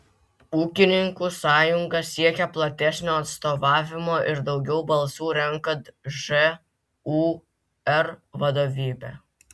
ūkininkų sąjunga siekia platesnio atstovavimo ir daugiau balsų renkant žūr vadovybę